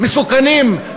מסוכנות,